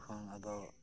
ᱠᱷᱚᱱ ᱟᱫᱚ